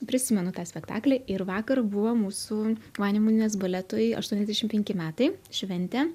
prisimenu tą spektaklį ir vakar buvo mūsų vanemunės baletui aštuoniasdešim penki metai šventė